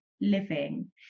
living